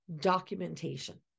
Documentation